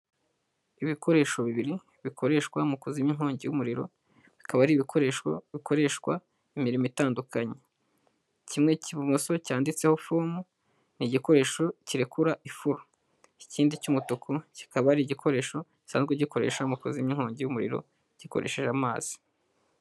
Ibikoresho 2 bikoreshwa mu kuzimya inkongi y'umuriro bikaba ari ibikoresho bikoreshwa imirimo itandukanye. Kimwe cy'ibumoso cyanditseho fumu ni igikoresho kirekura ifuro ikindi cy'umutuku kikaba ari igikoresho gisanzwe gikoresha mu kuzimya inkongi y'umuriro gikoresheje amazi.